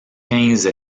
quinze